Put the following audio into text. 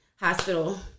hospital